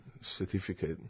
certificate